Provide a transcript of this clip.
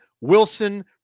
Wilson